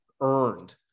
earned